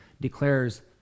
declares